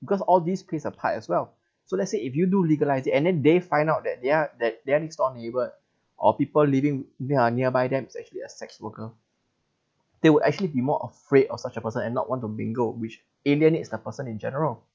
because all this plays a part as well so let's say if you do legalise it and then they find out that their that their next door neighbour or people living near nearby them is actually a sex worker they will actually be more afraid of such a person and not want to mingle which alienates the person in general